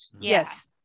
Yes